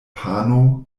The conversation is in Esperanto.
pano